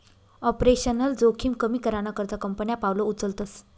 operational जोखिम कमी कराना करता कंपन्या पावलं उचलतस